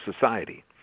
society